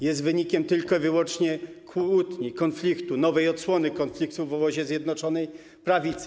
Jest wynikiem tylko i wyłącznie kłótni, konfliktu, nowej odsłony konfliktu w obozie Zjednoczonej Prawicy.